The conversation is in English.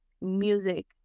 music